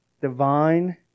divine